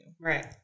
Right